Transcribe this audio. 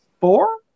four